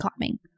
climbing